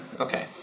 Okay